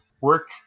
work